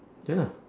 ya lah